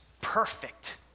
perfect